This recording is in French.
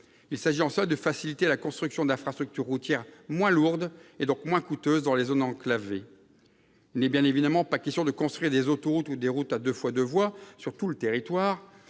Il s'agit, en cela, de faciliter la construction d'infrastructures routières moins lourdes, et donc moins coûteuses, dans les zones enclavées. Il n'est bien évidemment pas question de construire des autoroutes ou des routes à 2x2 voies sur tout le territoire.